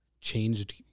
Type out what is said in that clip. changed